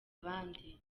abandi